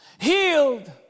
Healed